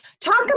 Talk